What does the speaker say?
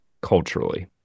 culturally